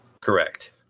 Correct